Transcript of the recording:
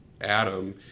Adam